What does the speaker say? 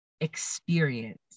experience